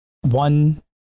one